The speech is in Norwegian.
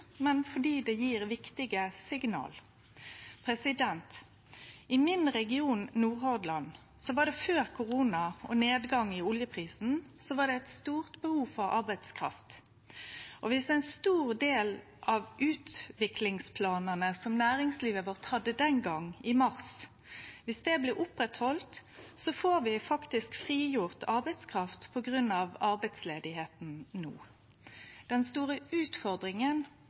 men fordi det gir viktige signal. I regionen min, Nordhordland, var det før korona og nedgang i oljeprisen eit stort behov for arbeidskraft. Om ein stor del av utviklingsplanane som næringslivet vårt hadde den gongen, i mars, held fram, får vi faktisk frigjort arbeidskraft på grunn av arbeidsløysa no. Den store utfordringa